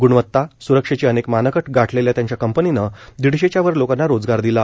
ग्णवत्ता सुरक्षेचे अनेक मानकं गाठलेल्या त्यांच्या कंपनीनं दीडशेच्या वर लोकांना रोजगार दिला